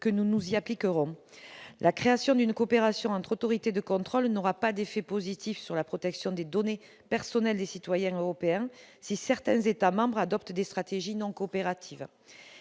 que nous nous imposerons. La création d'une coopération entre autorités de contrôle n'aura pas d'effet positif sur la protection des données personnelles des citoyens européens si certains États membres adoptent des stratégies non coopératives.